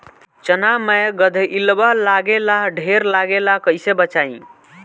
चना मै गधयीलवा लागे ला ढेर लागेला कईसे बचाई?